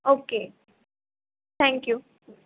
okay thank you